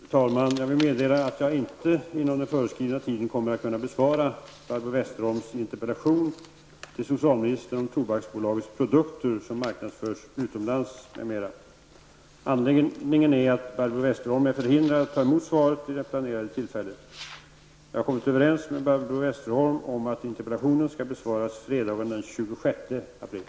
Fru talman! Jag vill meddela att jag inte inom den föreskrivna tiden kommer att kunna besvara Barbro Westerholms interpellation till socialministern om tobaksbolagets produkter som marknadsförs utomlands m.m. Anledningen är att Barbro Westerholm är förhindrad att ta emot svaret vid det planerade tillfället. Jag har kommit överens med Barbro Westerholm om att interpellationen skall besvaras fredagen den 26 april.